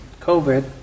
COVID